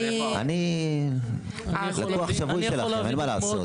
אני --- אני לקוח שבוי שלכם, אין מה לעשות.